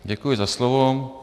Děkuji za slovo.